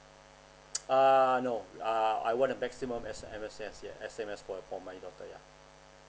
uh no uh I want the maximum S_M_S yes S_M_S for my daughter yeah